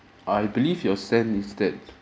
I believe your stand is that